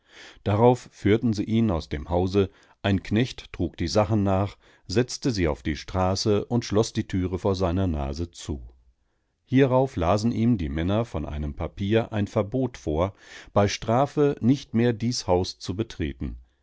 darauf führten sie ihn aus dem hause ein knecht trug die sachen nach setzte sie auf die straße und schloß die türe vor seiner nase zu hierauf lasen ihm die männer von einem papier ein verbot vor bei strafe nicht mehr das haus zu betreten